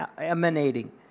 emanating